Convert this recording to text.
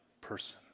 person